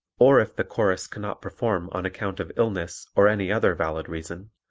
or if the chorus cannot perform on account of illness or any other valid reason,